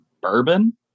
bourbon